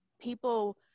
people